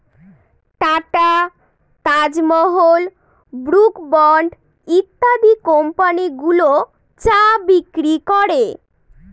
tata, Taj Mahal, Brooke Bond ইত্যাদি company গুলো চা বিক্রি করে